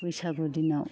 बैसागु दिनाव